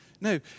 No